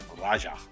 Raja